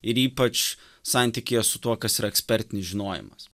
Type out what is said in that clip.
ir ypač santykyje su tuo kas yra ekspertinis žinojimas